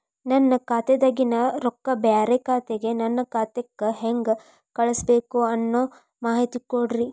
ನನ್ನ ಖಾತಾದಾಗಿನ ರೊಕ್ಕ ಬ್ಯಾರೆ ಬ್ಯಾಂಕಿನ ನನ್ನ ಖಾತೆಕ್ಕ ಹೆಂಗ್ ಕಳಸಬೇಕು ಅನ್ನೋ ಮಾಹಿತಿ ಕೊಡ್ರಿ?